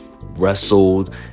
wrestled